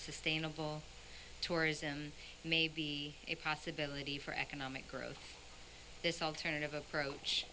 sustainable tourism may be a possibility for economic growth this alternative approach